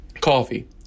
coffee